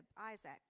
Isaac